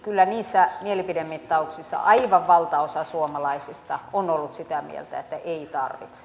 kyllä niissä mielipidemittauksissa aivan valtaosa suomalaisista on ollut sitä mieltä että ei tarvitse